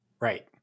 right